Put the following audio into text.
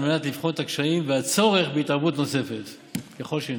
על מנת לבחון את הקשיים והצורך בהתערבות נוספת ככל שניתן.